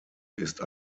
ist